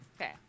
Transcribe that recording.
okay